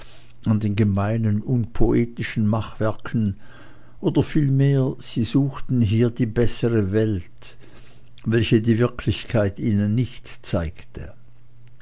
an den gemeinen unpoetischen machwerken oder vielmehr sie suchten hier die bessere welt welche die wirklichkeit ihnen nicht zeigte